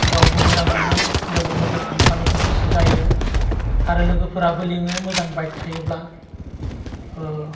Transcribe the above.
गावबो मोजां मोनो लोगोफोरजों थांफानो गोसो जायो आरो लोगोफोराबो लेङो मोजां बाइक थायोब्ला